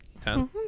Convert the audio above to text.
Ten